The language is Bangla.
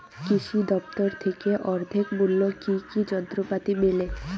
কৃষি দফতর থেকে অর্ধেক মূল্য কি কি যন্ত্রপাতি মেলে?